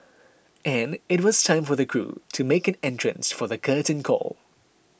and it was time for the crew to make an entrance for the curtain call